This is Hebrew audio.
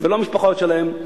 ולא המשפחות שלהם,